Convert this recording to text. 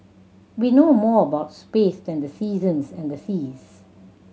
we know more about space than the seasons and the seas